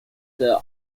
the